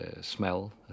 smell